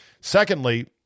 Secondly